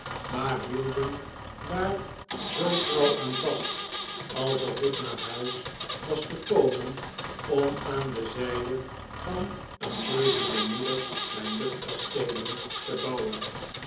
maar hielden daar zoo trouw aan vast alsof ik naar huis was gekomen om aan de zijde van een levende moeder mijn luchtkasteelen te bouwen